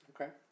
Okay